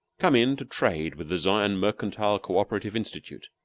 come in to trade with the zion mercantile co-operative institute.